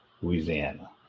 Louisiana